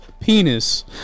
penis